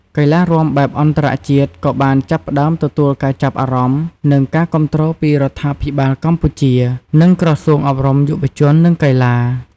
កីឡារាំបែបអន្តរជាតិក៏បានចាប់ផ្តើមទទួលការចាប់អារម្មណ៍ និងការគាំទ្រពីរដ្ឋាភិបាលកម្ពុជា និងក្រសួងអប់រំ យុវជន និងកីឡា។